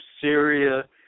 Syria